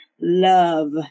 love